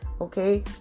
okay